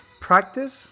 Practice